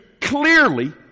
clearly